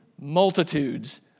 multitudes